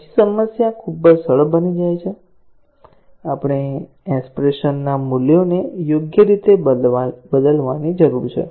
પછી સમસ્યા ખૂબ જ સરળ બની જાય છે આપણે એક્ષ્પ્રેશન માં મૂલ્યોને યોગ્ય રીતે બદલવાની જરૂર છે